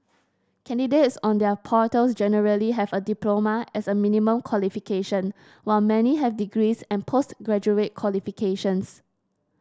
candidates on their portals generally have a diploma as a minimum qualification while many have degrees and post graduate qualifications